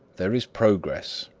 there is progress.